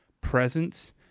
presence